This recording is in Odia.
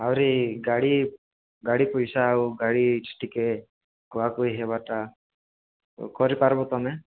ଆହୁରି ଗାଡ଼ି ଗାଡ଼ି ପଇସା ଆଉ ଗାଡ଼ି ଟିକେ କୁହାକୁହି ହେବାଟା କରିପାରିବ ତୁମେ